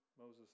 Moses